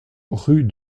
rue